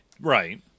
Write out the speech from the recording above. Right